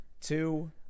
two